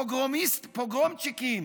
פוגרומיסטים, פוגרומצ'יקים,